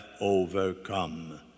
overcome